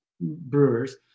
brewers